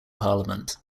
parliament